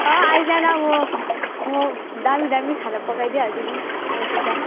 अँ आइज न अब म दामी दामी खाना पकाई दिइहाल्छु नि त्यसो त